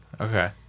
Okay